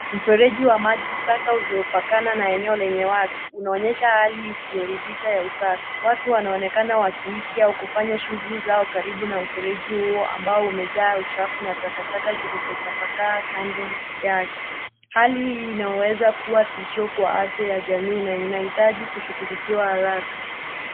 Mifereji wa maji taka uliopakana na eneo lenye watu. Unaonyesha hali isiyoridhisha ya usafi. Watu wanaonekana wakiishi au kufanya shughuli zao karibu na mfereji huo ambao umejaa uchafu na takataka zilizotapakaa kando yake. Hali hii inaweza kuwa tishio kwa afya ya jamii na inahitaji kushughulikiwa haraka.